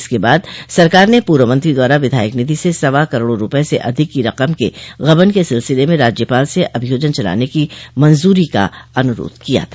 इसके बाद सरकार ने पूर्व मंत्री द्वारा विधायक निधि से सवा करोड़ रूपये से अधिक की रकम के गबन के सिलसिले में राज्यपाल से अभियोजन चलाने की मंज्री का अनुरोध किया था